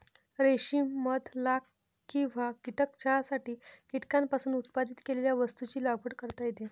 रेशीम मध लाख किंवा कीटक चहासाठी कीटकांपासून उत्पादित केलेल्या वस्तूंची लागवड करता येते